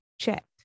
checked